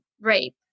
rape